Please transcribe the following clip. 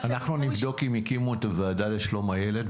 אנחנו נבדוק אם הקימו את הוועדה לזכויות הילד,